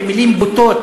במילים בוטות,